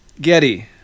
Getty